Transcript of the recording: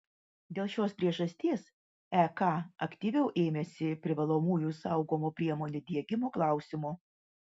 dėl šios priežasties ek aktyviau ėmėsi privalomųjų saugumo priemonių diegimo klausimo